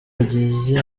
bageze